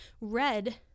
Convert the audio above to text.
red